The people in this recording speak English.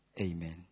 Amen